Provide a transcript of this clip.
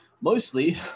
Mostly